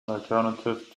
alternative